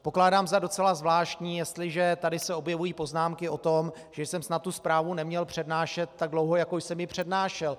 Pokládám za docela zvláštní, jestliže se tady objevují poznámky o tom, že jsem tu zprávu neměl přednášet tak dlouho, jako jsem ji přednášel.